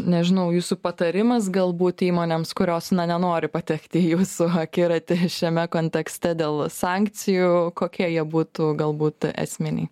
nežinau jūsų patarimas galbūt įmonėms kurios nenori patekt į jūsų akiratį šiame kontekste dėl sankcijų kokie jie būtų galbūt esminiai